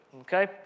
okay